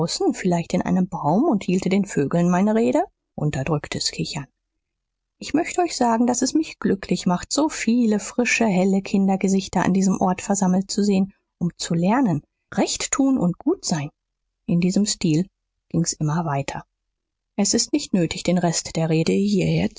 vielleicht in einem baum und hielte den vögeln meine rede unterdrücktes kichern ich möchte euch sagen daß es mich glücklich macht so viele frische helle kindergesichter an diesem ort versammelt zu sehen um zu lernen recht tun und gut sein in diesem stil ging's immer weiter es ist nicht nötig den rest der rede